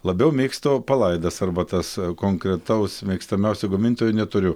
labiau mėgstu palaidas arbatas konkretaus mėgstamiausio gamintojo neturiu